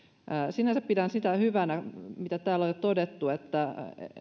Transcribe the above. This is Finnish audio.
sinänsä pidän sitä hyvänä mitä täällä on jo todettu että